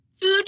food